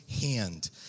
hand